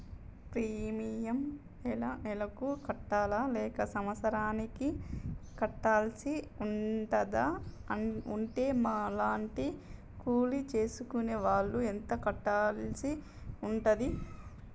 Premium నెల నెలకు కట్టాలా లేక సంవత్సరానికి కట్టాల్సి ఉంటదా? ఉంటే మా లాంటి కూలి చేసుకునే వాళ్లు ఎంత కట్టాల్సి ఉంటది?